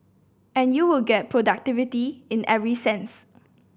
and you would get productivity in every sense